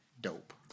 dope